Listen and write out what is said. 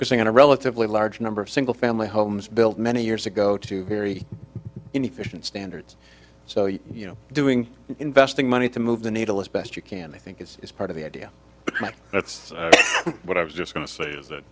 focus in a relatively large number of single family homes built many years ago to very inefficient standards so you know doing investing money to move the needle as best you can i think is is part of the idea but that's what i was just going to say is that